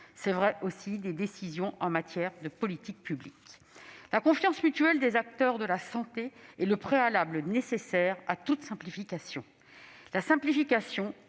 vrai des décisions en matière de politiques publiques. La confiance mutuelle des acteurs de la santé est le préalable nécessaire à toute simplification dans ce